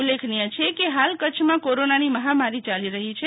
ઉલ્લેખનીય છે કે હાલ કચ્છમાં કોરોનાની મહામારી યાલી રહી છે